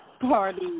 party